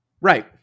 Right